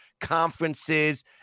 conferences